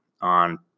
on